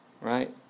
right